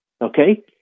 okay